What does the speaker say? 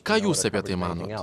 ką jūs apie tai manot